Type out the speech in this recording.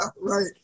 Right